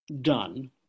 done